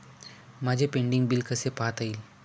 माझे pending bill कसे पाहता येईल?